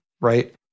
Right